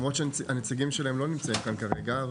הנציגים שלהם לא נמצאים כאן כרגע,